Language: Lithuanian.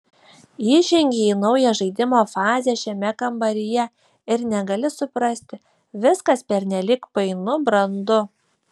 įžengei į naują žaidimo fazę šiame kambaryje ir negali suprasti viskas pernelyg painu brandu